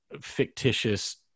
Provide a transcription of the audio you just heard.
fictitious